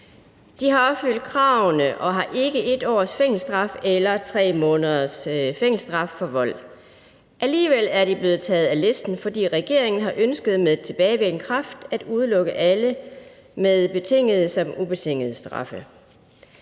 De har opfyldt kravene og har ikke 1 års fængselsstraf eller 3 måneders fængselsstraf for vold. Alligevel er de blevet taget af listen, fordi regeringen har ønsket med tilbagevirkende kraft at udelukke alle med betingede såvel som ubetingede straffe.